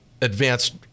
advanced